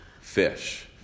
fish